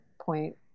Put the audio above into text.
point